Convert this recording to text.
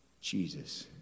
Jesus